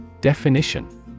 definition